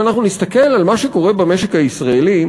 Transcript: אם נסתכל על מה שקורה במשק הישראלי,